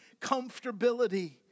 comfortability